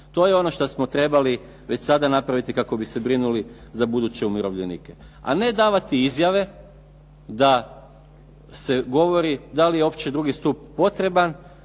To je ono što smo trebali već sada napraviti kako bi se brinuli za buduće umirovljenike, a ne davati izjave da se govori da li je uopće drugi stup potreban,